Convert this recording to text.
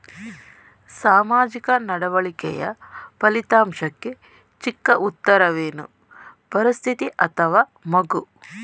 ಸಾಮಾಜಿಕ ನಡವಳಿಕೆಯ ಫಲಿತಾಂಶಕ್ಕೆ ಚಿಕ್ಕ ಉತ್ತರವೇನು? ಪರಿಸ್ಥಿತಿ ಅಥವಾ ಮಗು?